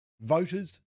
Voters